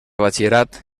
batxillerat